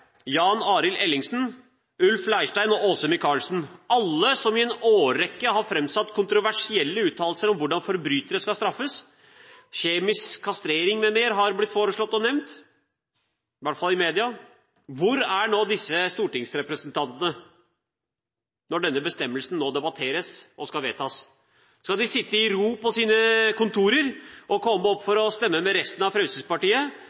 Jan Arild Ellingsen, Ulf Leirstein og Åse Michaelsen, som i en årrekke har framsatt kontroversielle uttalelser om hvordan forbrytere skal straffes – kjemisk kastrering m.m. har blitt foreslått, i hvert fall i media. Hvor er disse stortingsrepresentantene når denne bestemmelsen nå debatteres og skal vedtas? Skal de sitte i ro på sine kontorer og komme opp for å stemme med resten av Fremskrittspartiet